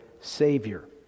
Savior